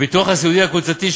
הביטוח הסיעודי הקבוצתי,